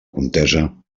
contesa